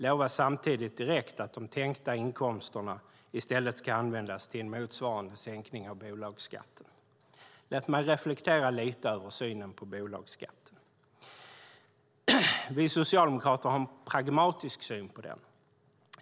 Samtidigt lovar det direkt att de tänkta inkomsterna i stället ska användas till en motsvarande sänkning av bolagsskatten. Låt mig reflektera lite över synen på bolagsskatten. Vi socialdemokrater har en pragmatisk syn på den.